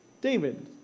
David